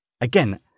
Again